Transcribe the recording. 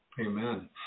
amen